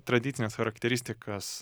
tradicines charakteristikas